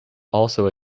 also